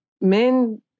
men